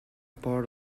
part